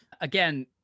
Again